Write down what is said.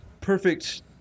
perfect